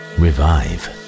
revive